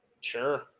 Sure